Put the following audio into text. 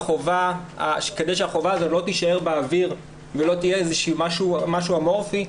כדי שהחובה הזו לא תישאר באוויר ולא תהיה משהו אמורפי,